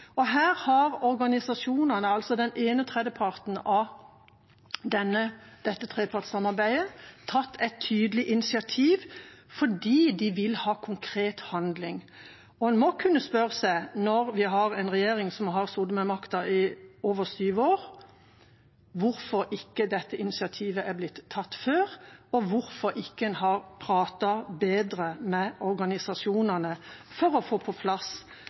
og her har organisasjonene, altså den ene tredjeparten av dette trepartssamarbeidet, tatt et tydelig initiativ fordi de vil ha konkret handling. Og en må kunne spørre seg – når vi har en regjering som har sittet med makten i over syv år – hvorfor dette initiativet ikke er blitt tatt før, og hvorfor en ikke har pratet bedre med organisasjonene for å få på plass